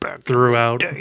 throughout